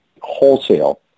wholesale